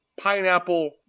pineapple